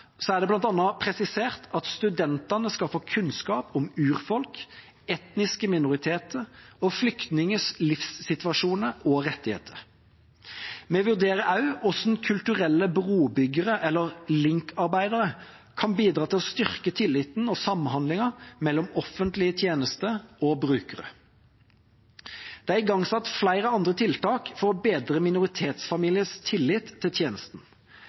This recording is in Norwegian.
er det bl.a. presisert at studentene skal få kunnskap om urfolks, etniske minoriteters og flyktningers livssituasjon og rettigheter. Vi vurderer også hvordan kulturelle brobyggere, eller linkarbeidere, kan bidra til å styrke tilliten og samhandlingen mellom offentlige tjenester og brukere. Det er igangsatt flere andre tiltak for å bedre minoritetsfamiliers tillit til tjenesten.